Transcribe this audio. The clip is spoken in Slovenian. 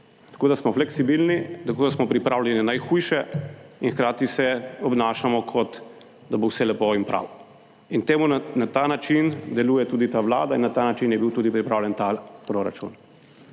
Tako da, smo fleksibilni, tako da smo pripravljeni na najhujše in hkrati se obnašamo, kot da bo vse lepo in prav in temu na ta način deluje tudi ta Vlada in na ta način je bil tudi pripravljen ta proračun.